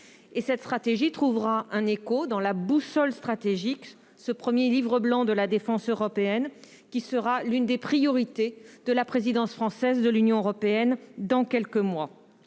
Cette stratégie trouvera un écho dans la « Boussole stratégique », ce premier livre blanc de la défense européenne qui sera l'une des priorités de la présidence française de l'Union européenne, qui